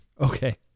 Okay